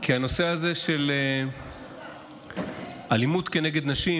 כי הנושא הזה של אלימות כנגד נשים,